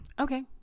okay